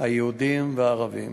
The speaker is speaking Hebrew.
היהודים והערבים.